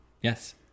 Yes